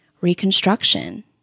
reconstruction